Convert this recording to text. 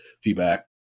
feedback